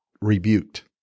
rebuked